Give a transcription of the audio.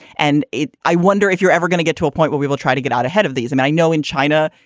and i wonder if you're ever gonna get to a point where we will try to get out ahead of these. and i know in china,